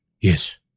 Yes